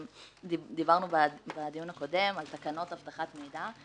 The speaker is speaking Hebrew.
דיברנו בדיון הקודם על תקנות אבטחת מידע.